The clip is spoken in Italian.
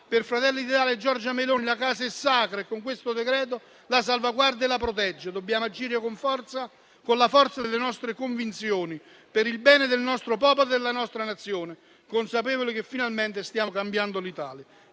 Per Fratelli d'Italia e Giorgia Meloni la casa è sacra e con questo decreto la salvaguarda e la protegge. Dobbiamo agire con la forza delle nostre convinzioni, per il bene del nostro popolo e della nostra Nazione, consapevoli che finalmente stiamo cambiando l'Italia.